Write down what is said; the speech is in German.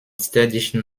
städtischen